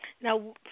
Now